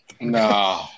No